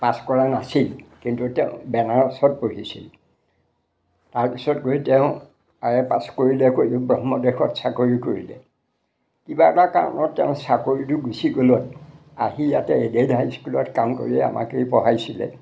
পাছ কৰা নাছিল কিন্তু তেওঁ বেনাৰছত পঢ়িছিল তাৰপিছত গৈ তেওঁ আই এ পাছ কৰিলে কৰি ব্ৰহ্মদেশত চাকৰি কৰিলে কিবা এটা কাৰণত তেওঁ চাকৰিটো গুচি গ'লত আহি ইয়াতে এডেড হাইস্কুলত কাম কৰিয়ে আমাকেই পঢ়াইছিলে